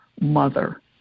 Mother